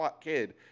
kid